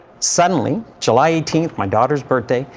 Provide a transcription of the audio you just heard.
suddenly july eighteenth, my daughter's birthday,